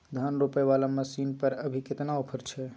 धान रोपय वाला मसीन पर अभी केतना ऑफर छै?